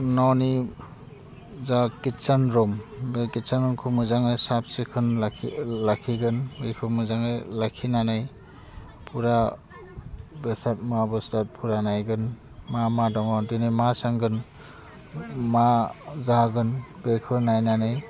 न'नि जा kitchen room बे किटसान रुमखौ मोजाङै साब सिखोन लाखि लाखिगोन बेखौ मोजाङै लाखिनानै फुरा बेसाद मुवा बेसाद फुरा नायगोन मा मा दङ दिनै मा संगोन मा जागोन बेखौ नायनानै